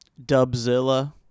Dubzilla